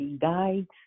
guides